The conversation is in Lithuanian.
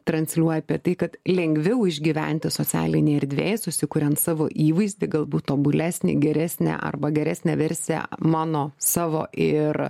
transliuoja apie tai kad lengviau išgyventi socialinėj erdvėj susikuriant savo įvaizdį galbūt tobulesnį geresnę arba geresnę versiją mano savo ir